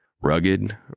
Rugged